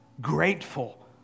Grateful